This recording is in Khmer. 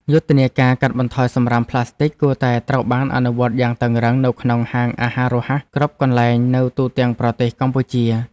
យុទ្ធនាការកាត់បន្ថយសំរាមផ្លាស្ទិចគួរតែត្រូវបានអនុវត្តយ៉ាងតឹងរ៉ឹងនៅក្នុងហាងអាហាររហ័សគ្រប់កន្លែងនៅទូទាំងប្រទេសកម្ពុជា។